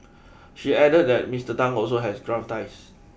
she added that Mister Tan also has gravitas